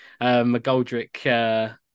McGoldrick